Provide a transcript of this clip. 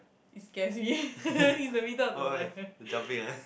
he scares me in the middle of the night